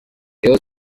rayon